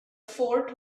fort